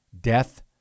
death